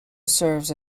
serves